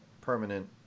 permanent